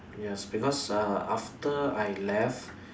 yes because uh after I left